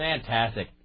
Fantastic